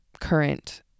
current